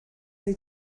wnei